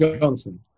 Johnson